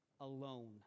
alone